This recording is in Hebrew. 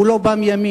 הוא לא בא מימין.